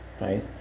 right